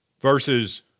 Verses